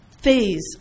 phase